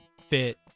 fit